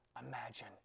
imagine